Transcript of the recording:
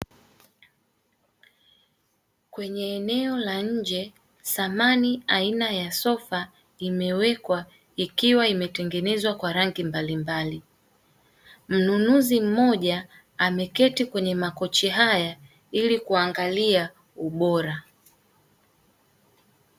Kwenye eneo la nje samani aina ya sofa imewekwa ikiwa imetengenezwa kwa rangi mbali mbali, mnunuzi mmoja ameketi kwenye makochi haya ili kuangalia ubora.